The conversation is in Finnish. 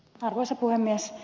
arvoisa puhemies